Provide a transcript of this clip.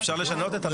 אפשר לשנות.